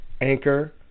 Anchor